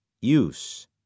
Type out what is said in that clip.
use